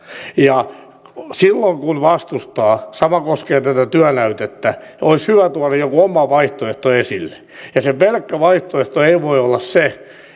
silloin kun vastustaa sama koskee tätä työnäytettä olisi hyvä tuoda joku oma vaihtoehto esille ja se pelkkä vaihtoehto ei voi olla se